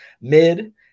Mid